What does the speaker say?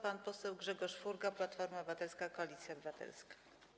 Pan poseł Grzegorz Furgo, Platforma Obywatelska - Koalicja Obywatelska.